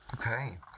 Okay